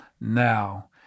now